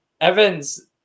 evans